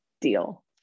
deal